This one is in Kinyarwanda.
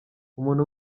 umuntu